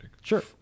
Sure